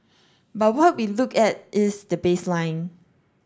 but what we look at is the baseline